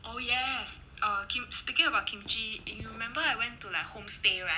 oh yes um kim~ speaking about kimchi you remember I went to like homestay right